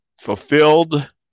fulfilled